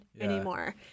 anymore